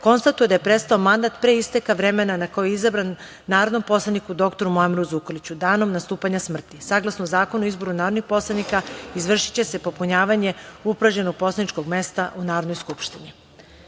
konstatuje da je prestao mandat pre isteka vremena na koji je izabran narodnom poslaniku, doktoru Muameru Zukorliću, danom nastupanja smrti. Saglasno Zakonu o izboru narodnih poslanika, izvršiće se popunjavanje upražnjeno poslaničkog mesta u Narodnoj skupštini. Reč